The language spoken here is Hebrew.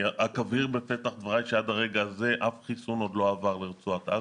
רק אבהיר בפתח דבריי שעד הרגע הזה אף חיסון עוד לא עבר לרצועת עזה.